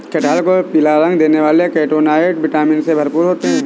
कटहल को पीला रंग देने वाले कैरोटीनॉयड, विटामिन ए से भरपूर होते हैं